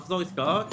""מחזור עסקאות"